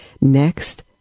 next